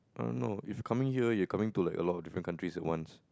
I don't know if coming here you're coming to like a lot of different countries at once